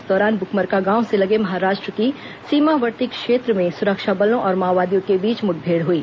इस दौरान बुकमरका गाँव से लगे महाराष्ट्र की सीमावर्ती क्षेत्र में सुरक्षा बलों और माओवादियों के बीच मुठभेड़ हुई